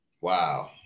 Wow